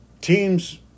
teams